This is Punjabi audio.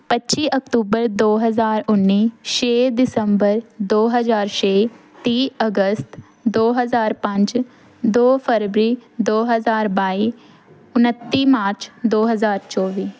ਪੱਚੀ ਅਕਤੂਬਰ ਦੋ ਹਜ਼ਾਰ ਉੱਨੀ ਛੇ ਦਿਸੰਬਰ ਦੋ ਹਜ਼ਾਰ ਛੇ ਤੀਹ ਅਗਸਤ ਦੋ ਹਜ਼ਾਰ ਪੰਜ ਦੋ ਫਰਵਰੀ ਦੋ ਹਜ਼ਾਰ ਬਾਈ ਉਨੱਤੀ ਮਾਰਚ ਦੋ ਹਜ਼ਾਰ ਚੌਵੀ